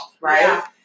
Right